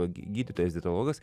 gydytojas dietologas